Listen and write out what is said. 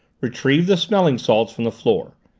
retrieved the smelling salts from the floor.